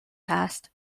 past